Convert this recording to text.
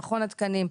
מכון התקנים.